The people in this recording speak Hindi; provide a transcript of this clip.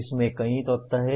इसमें कई तत्व हैं